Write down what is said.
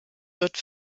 wird